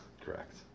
Correct